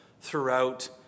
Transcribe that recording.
throughout